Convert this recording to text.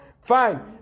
fine